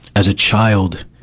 as a child,